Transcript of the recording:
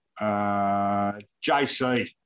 JC